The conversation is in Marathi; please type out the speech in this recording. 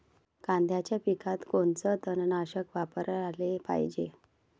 कांद्याच्या पिकात कोनचं तननाशक वापराले पायजे?